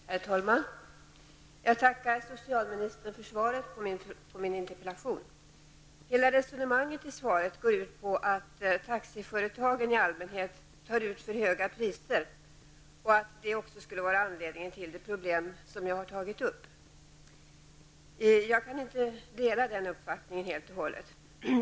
Herr talman! Jag tackar socialministern för svaret på min interpellation. Hela resonemanget i svaret går ut på att taxiföretagen i allmänhet tar ut för höga priser. Detta skulle vara anledningen till det problem som jag har tagit upp. Jag kan inte dela den uppfattningen helt och hållet.